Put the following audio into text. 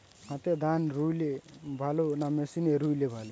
হাতে ধান রুইলে ভালো না মেশিনে রুইলে ভালো?